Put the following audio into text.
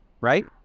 Right